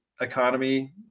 economy